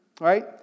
right